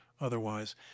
otherwise